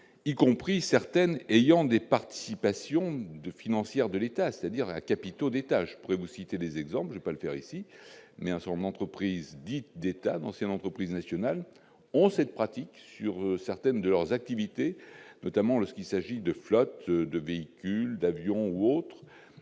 y compris certaines ayant des participations de financière de l'État, c'est-à-dire à capitaux d'État, je pourrais vous citer des exemples pas le faire ici, mais un sûrement entreprises dites d'État anciennes entreprise ont cette pratique sur certaines de leurs activités, notamment lorsqu'il s'agit de flottes de véhicules d'avion ou autres